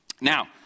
Now